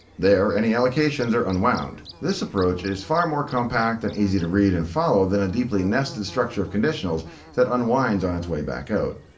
there any allocations are unwound. this approach is far more compact and easy to read and follow than a deeply nested structure of conditionals that unwinds on its way back out.